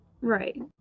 Right